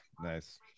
nice